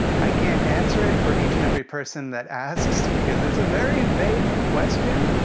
i can't answer it for each and every person that asks, because it's a very vague question,